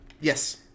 Yes